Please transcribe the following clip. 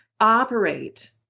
operate